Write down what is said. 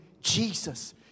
Jesus